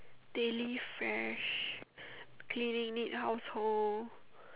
daily fresh clean neat neat household